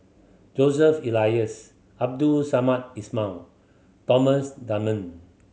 Joseph Elias Abdul Samad Ismail Thomas Dunman